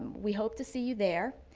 we hope to see you there.